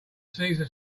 cesar